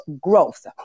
growth